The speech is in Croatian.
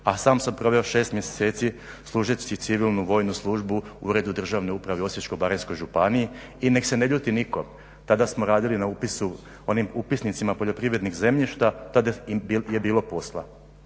a sam sam proveo 6 mjeseci služeći civilnu službu u uredu državne uprave u Osječko-baranjskoj županiji i nek se ne ljuti nitko, tada smo radili na upisu, onim upisnicima poljoprivrednih zemljišta, tada je bilo posla.